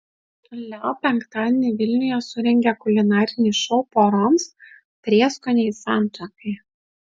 leo penktadienį vilniuje surengė kulinarinį šou poroms prieskoniai santuokai